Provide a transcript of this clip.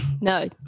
no